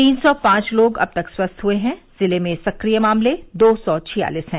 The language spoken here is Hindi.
तीन सौ पांच लोग अब तक स्वस्थ हए हैं जिले में सक्रिय मामले दो सौ छियालीस हैं